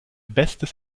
bestes